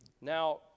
now